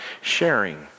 sharing